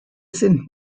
sind